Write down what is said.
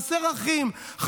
חסרים אחים,